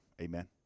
Amen